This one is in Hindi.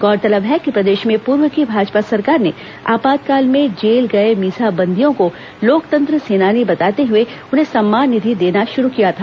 गौरतलब है कि प्रदेश में पूर्व की भाजपा सरकार ने आपातकाल में जेल गए मीसा बंदियों को लोकतंत्र सेनानी बताते हुए उन्हें सम्मान निधि देना शुरू किया गया था